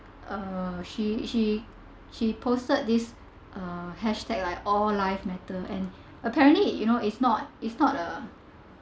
uh she she she posted this uh hashtag like all life matters and apparently it you know it's not it's not a